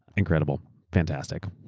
incredible. fantastic.